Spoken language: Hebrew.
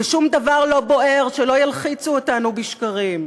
ושום דבר לא בוער, שלא ילחיצו אותנו בשקרים.